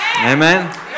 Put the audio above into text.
amen